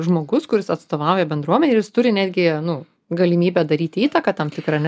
žmogus kuris atstovauja bendruomenei ir jis turi netgi nu galimybę daryti įtaką tam tikrą ar ne